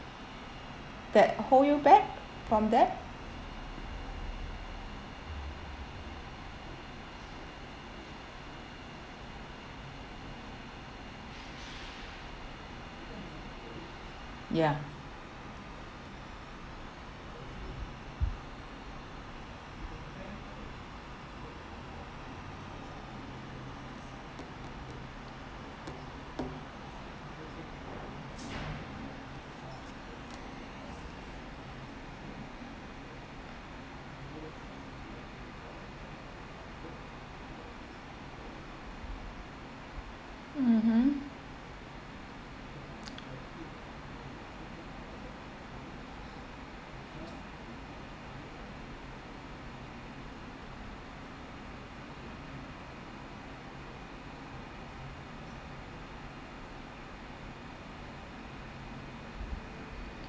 that hold you back from that ya mmhmm